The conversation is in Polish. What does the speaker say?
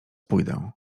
pójdę